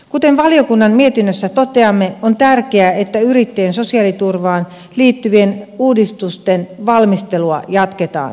kuten valiokunnan mietinnössä toteamme on tärkeää että yrittäjien sosiaaliturvaan liittyvien uudistusten valmistelua jatketaan